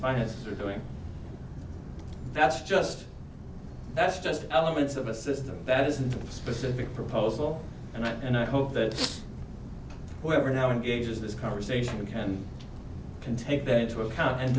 history going that's just that's just elements of a system that isn't specific proposal and i and i hope that whoever now engages this conversation can can take that into account and